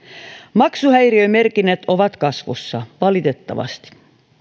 maksuhäiriömerkinnät ovat kasvussa valitettavasti